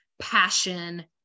passion